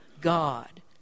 God